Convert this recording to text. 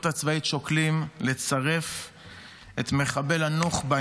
הצבאית שוקלים לצרף את מחבל הנוח'בה,